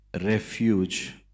refuge